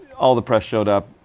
all the press showed up.